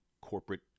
corporate